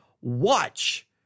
watch